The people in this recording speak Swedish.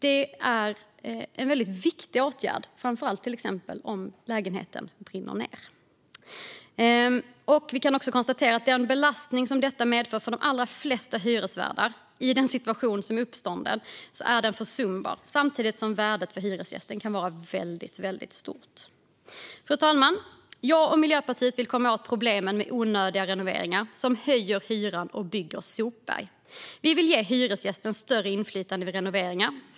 Det är en väldigt viktig åtgärd, framför allt om lägenheten till exempel brinner upp. Den belastning som detta medför för de allra flesta hyresvärdar i den situation som då uppstår är försumbar samtidigt som värdet för hyresgästen kan vara väldigt stort. Fru talman! Jag och Miljöpartiet vill komma åt problemen med onödiga renoveringar som höjer hyran och bygger sopberg. Vi vill ge hyresgäster större inflytande vid renoveringar.